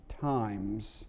times